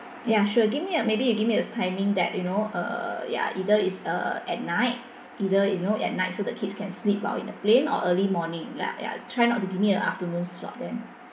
ya sure give me uh maybe you give me the timing that you know uh ya either it's uh at night either you know at night so the kids can sleep while in the plane or early morning ya ya try not to give me a afternoon slot then